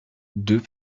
deux